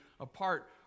apart